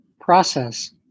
process